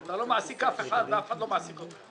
אתה לא מעסיק אף אחד, ואף אחד לא מעסיק אותך.